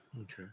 Okay